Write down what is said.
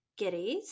Giddies